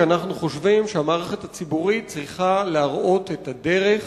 כי אנחנו חושבים שהמערכת הציבורית צריכה להראות את הדרך